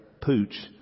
pooch